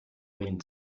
wind